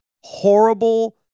horrible